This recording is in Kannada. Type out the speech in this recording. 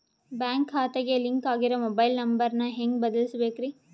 ಬ್ಯಾಂಕ್ ಖಾತೆಗೆ ಲಿಂಕ್ ಆಗಿರೋ ಮೊಬೈಲ್ ನಂಬರ್ ನ ಹೆಂಗ್ ಬದಲಿಸಬೇಕ್ರಿ?